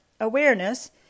Awareness